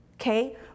okay